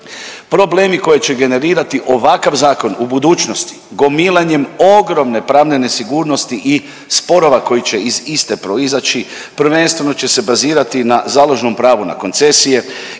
Problemi koje će generirati ovakav zakon u budućnosti gomilanjem ogromne pravne nesigurnosti i sporova koji će iz iste proizaći prvenstveno će se bazirati na založnom pravu na koncesije,